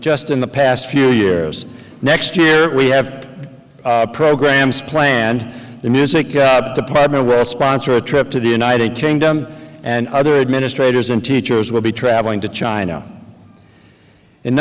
just in the past few years next year we have programs planned the music department will sponsor a trip to the united kingdom and other administrators and teachers will be traveling to china in